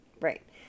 right